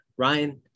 Ryan